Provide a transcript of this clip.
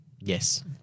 Yes